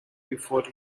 before